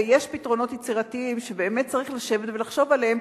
ויש פתרונות יצירתיים שבאמת צריך לשבת ולחשוב עליהם,